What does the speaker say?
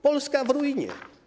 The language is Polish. Polska w ruinie.